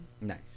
nice